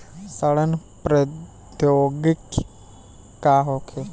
सड़न प्रधौगकी का होखे?